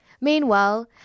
meanwhile